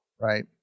right